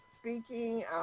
speaking